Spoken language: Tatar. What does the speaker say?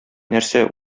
нәрсә